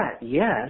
yes